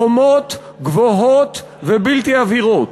חומות גבוהות ובלתי עבירות,